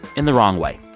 in the wrong way.